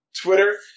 Twitter